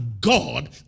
God